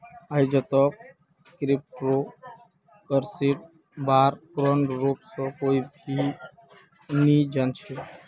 आईजतक क्रिप्टो करन्सीर बा र पूर्ण रूप स कोई भी नी जान छ